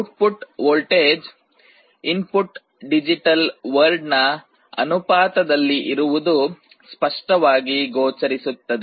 output voltage input digital ವರ್ಡ್ನ ಅನುಪಾತದಲ್ಲಿ ಇರುವುದು ಸ್ಪಷ್ಟವಾಗಿ ಗೋಚರಿಸುತ್ತದೆ